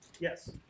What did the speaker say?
Yes